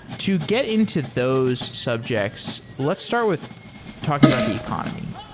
to get into those subjects, let's start with talking about the economy.